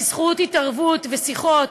בזכות התערבות ושיחות,